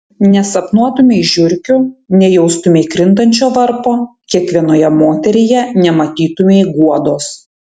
nesapnuotumei žiurkių nejaustumei krintančio varpo kiekvienoje moteryje nematytumei guodos